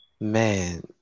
Man